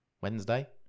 Wednesday